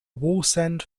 wallsend